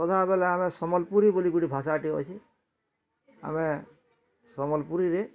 ସଦାବେଲେ ଆମେ ସମ୍ବଲପୁରୀ ବୋଲି ଗୁଟେ ଭାଷାଟେ ଅଛି ଆମେ ସମ୍ବଲପୁରୀରେ